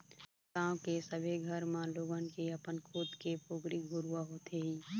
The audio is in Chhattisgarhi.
गाँव के सबे घर म लोगन के अपन खुद के पोगरी घुरूवा होथे ही